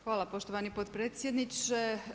Hvala poštovani potpredsjedniče.